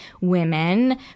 women